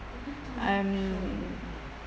I'm